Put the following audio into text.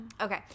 okay